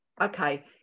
okay